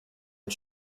and